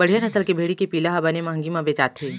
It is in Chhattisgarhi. बड़िहा नसल के भेड़ी के पिला ह बने महंगी म बेचाथे